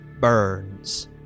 burns